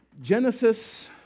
Genesis